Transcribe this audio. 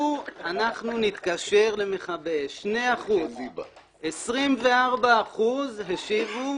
אנחנו נתקשר למכבי אש, 24% השיבו: